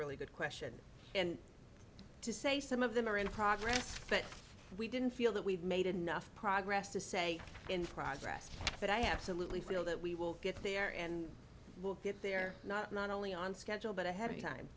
really good question and to say some of them are in progress but we didn't feel that we've made enough progress to say in progress but i absolutely feel that we will get there and will get there not only on schedule but ahead of time